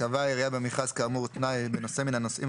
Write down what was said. קבעה העירייה במכרז כאמור תנאי בנושא מן הנושאים